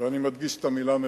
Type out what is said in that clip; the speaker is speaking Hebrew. ואני מדגיש את המלה "מבקש"